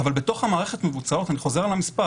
אבל בתוך המערכת מבוצעות אני חוזר על המספר